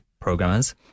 programmers